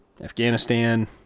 Afghanistan